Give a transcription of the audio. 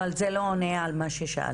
אבל זה לא עונה על מה ששאלתי.